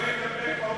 שלא יידבק לאופוזיציה.